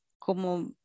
como